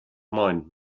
mine